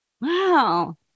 wow